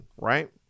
right